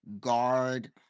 guard